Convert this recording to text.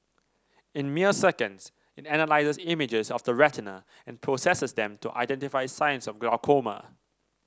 in mere seconds it analyses images of the retina and processes them to identify signs of glaucoma